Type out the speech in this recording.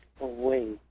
away